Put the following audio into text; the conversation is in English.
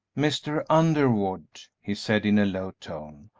mr. underwood, he said, in a low tone,